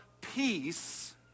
peace